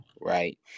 right